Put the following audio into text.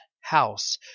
House